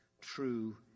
true